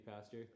pastor